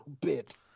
bit